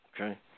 Okay